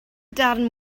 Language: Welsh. darn